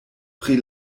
pri